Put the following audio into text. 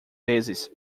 vezes